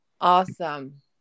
Awesome